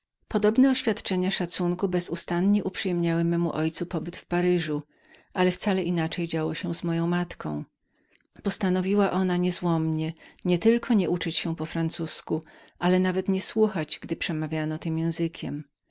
podobne oświadczenia szacunku bezustannie uprzyjemniały memu ojcu pobyt w paryżu ale wcale inaczej działo się z moją matką postanowiła ona niezwłocznie nietylko nie uczyć się po francuzku ale nawet nie słuchać gdy przemawiano tym językiem